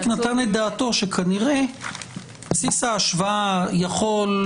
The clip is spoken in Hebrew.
נתן את דעתו שכנראה בסיס ההשוואה יכול,